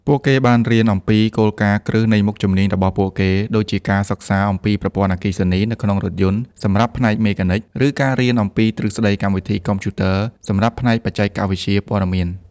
ពួកគេបានរៀនអំពីគោលការណ៍គ្រឹះនៃមុខជំនាញរបស់ពួកគេ ដូចជាការសិក្សាអំពីប្រព័ន្ធអគ្គិសនីនៅក្នុងរថយន្តសម្រាប់ផ្នែកមេកានិក ឬការរៀនអំពីទ្រឹស្តីកម្មវិធីកុំព្យូទ័រសម្រាប់ផ្នែកបច្ចេកវិទ្យាព័ត៌មាន។